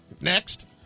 next